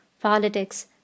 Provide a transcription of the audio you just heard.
politics